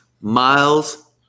Miles